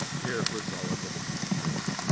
here, first of all, let's look at some details.